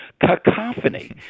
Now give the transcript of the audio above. Cacophony